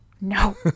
no